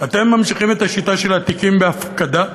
אתם ממשיכים את השיטה של התיקים בהפקדה.